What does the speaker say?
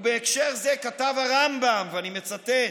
ובהקשר זה כתב הרמב"ם, ואני מצטט: